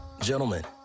Gentlemen